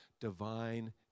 divine